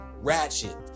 Ratchet